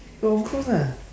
of course lah